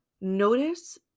notice